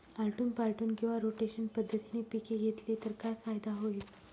आलटून पालटून किंवा रोटेशन पद्धतीने पिके घेतली तर काय फायदा होईल?